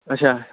اچھا